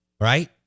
Right